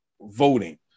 voting